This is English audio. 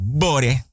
bore